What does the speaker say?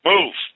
Move